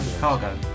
Cargo